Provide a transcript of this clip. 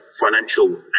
financial